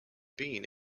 been